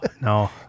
No